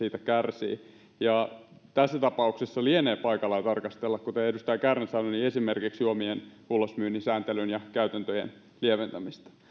kärsii ja tässä tapauksessa lienee paikallaan tarkastella kuten edustaja kärnä sanoi esimerkiksi juomien ulosmyynnin sääntelyn ja käytäntöjen lieventämistä